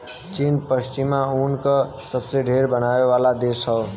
चीन पश्मीना ऊन क सबसे ढेर बनावे वाला देश हौ